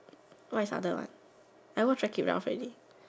what is other one I watch Wreck it Ralph already